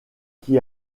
qui